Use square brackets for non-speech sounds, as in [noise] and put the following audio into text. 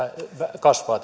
kasvaa [unintelligible]